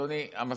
אדוני המזכיר,